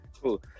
Cool